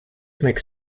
makes